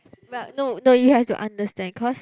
but no no you have to understand cause